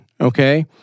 okay